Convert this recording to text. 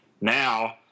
Now